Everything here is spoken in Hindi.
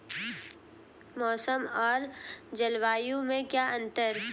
मौसम और जलवायु में क्या अंतर?